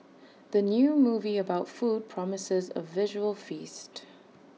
the new movie about food promises A visual feast